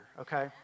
okay